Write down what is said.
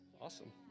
Awesome